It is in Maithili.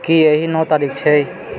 की एहि नओ तारीख छै